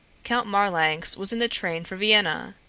count marlanx was in the train for vienna,